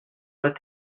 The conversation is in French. l’ats